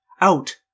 out